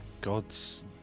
gods